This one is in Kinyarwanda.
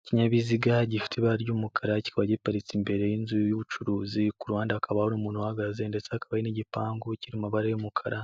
Ikinyabiziga gifite ibara ry'umukara kikaba giparitse imbere y'inzu y'ubucuruzi, ku ruhande hakaba hari umuntu uhagaze ndetse akaba n'igipangu ugira umubare w'umukara,